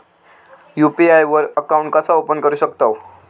UPI वर account कसा open करू शकतव?